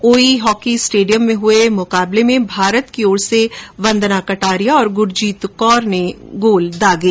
ओई hockey stadium में हुए मुकाबले में भारत की ओर से वंदना कटारिया और गुरजीत कौर ने गोल दागे